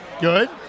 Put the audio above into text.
good